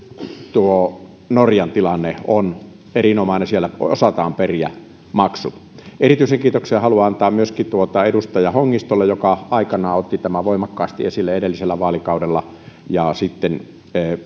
tuo norjan tilanne on erinomainen siellä osataan periä maksut erityisen kiitoksen haluan antaa myöskin edustaja hongistolle joka otti tämän voimakkaasti esille aikoinaan edellisellä vaalikaudella ja sitten